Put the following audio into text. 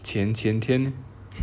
前前天